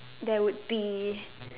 there would be